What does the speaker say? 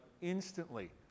instantly